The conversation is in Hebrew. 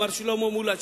מר שלמה מולה,